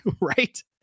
Right